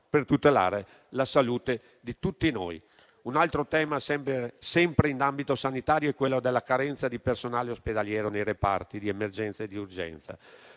per tutelare la salute di tutti noi. Un altro tema, sempre in ambito sanitario, è quello della carenza di personale ospedaliero nei reparti di emergenza e di urgenza.